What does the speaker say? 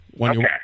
Okay